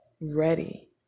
ready